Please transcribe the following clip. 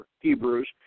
Hebrews